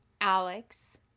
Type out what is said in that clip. Alex